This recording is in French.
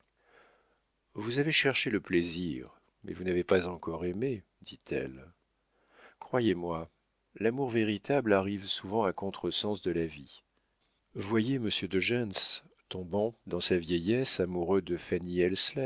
vous avez cherché le plaisir mais vous n'avez pas encore aimé dit-elle croyez-moi l'amour véritable arrive souvent à contre-sens de la vie voyez monsieur de gentz tombant dans sa vieillesse amoureux de